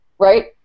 Right